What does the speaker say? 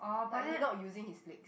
but he not using his legs